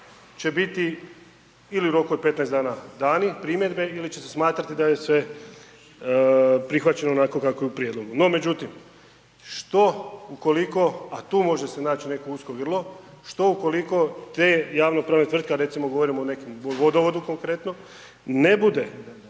će biti ili u roku od 15 dana dani, primjedbe ili će se smatrati da je sve prihvaćeno onako kako je u prijedlogu. No međutim, što ukoliko, a tu može se naći neko usko grlo, što ukoliko te javno pravne tvrtke a recimo govorimo o nekom vodovodu konkretno, ne bude